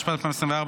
התשפ"ד 2024,